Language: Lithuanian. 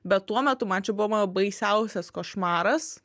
bet tuo metu man čia buvo mano baisiausias košmaras